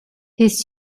his